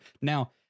Now